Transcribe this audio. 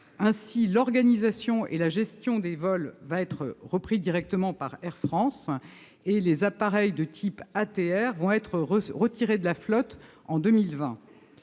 Ainsi, l'organisation et la gestion des vols vont être reprises directement par Air France et les appareils de type ATR vont être retirés de la flotte en 2020.